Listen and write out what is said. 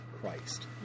Christ